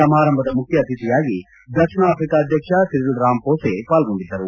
ಸಮಾರಂಭದ ಮುಖ್ಯ ಅತಿಥಿಯಾಗಿ ದಕ್ಷಿಣ ಆಫ್ರಿಕಾ ಅಧ್ಯಕ್ಷ ಸಿರಿಲ್ ರಾಮಘೋಸೆ ಪಾಲ್ಗೊಂಡಿದ್ದರು